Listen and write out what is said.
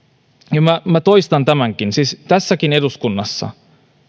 minä minä toistan tämänkin tässäkin eduskunnassa